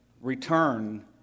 return